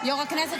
יו"ר הכנסת,